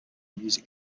music